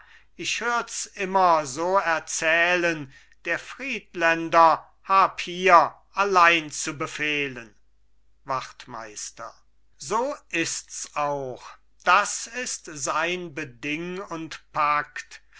ich hörts immer so erzählen der friedländer hab hier allein zu befehlen wachtmeister so ists auch das ist sein beding und pakt